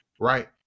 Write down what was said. Right